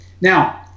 now